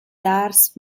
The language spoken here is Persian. درس